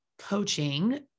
coaching